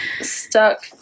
stuck